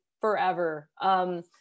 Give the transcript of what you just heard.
forever